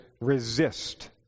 resist